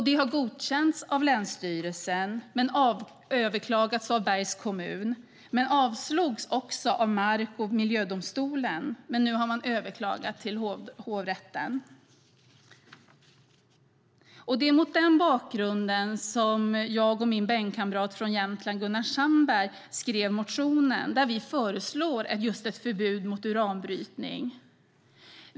Det har godkänts av länsstyrelsen men överklagats av Bergs kommun. Det avslogs också av mark och miljödomstolen. Nu har man överklagat till hovrätten. Det är mot den bakgrunden jag och min bänkkamrat från Jämtland Gunnar Sandberg skrev motionen där vi föreslår ett förbud mot uranbrytning.